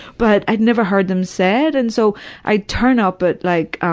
but i'd never heard them said and so i'd turn up at like, ah